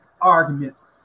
arguments